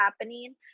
happening